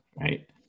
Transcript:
right